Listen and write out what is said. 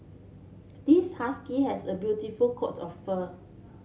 this husky has a beautiful coat of fur